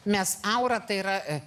nes aura tai yra